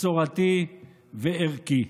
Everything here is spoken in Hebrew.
מסורתי וערכי.